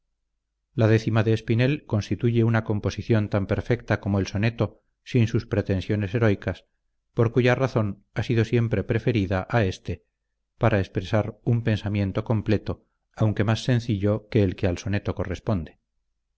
la décima de espinel constituye una composición tan perfecta como el soneto sin sus pretensiones heroicas por cuya razón ha sido siempre preferida a éste para expresar un pensamiento completo aunque más sencillo que el que al soneto corresponde